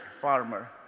farmer